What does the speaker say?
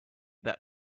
that